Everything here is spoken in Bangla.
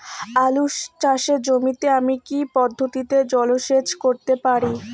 আলু চাষে জমিতে আমি কী পদ্ধতিতে জলসেচ করতে পারি?